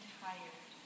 tired